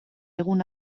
egun